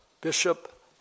Bishop